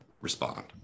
respond